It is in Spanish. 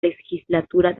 legislatura